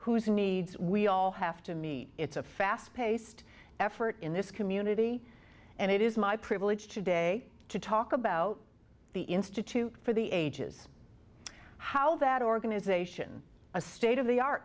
whose needs we all have to meet it's a fast paced effort in this community and it is my privilege today to talk about the institute for the ages how that organization a state of the art